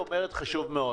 היא אומרת דבר חשוב מאוד.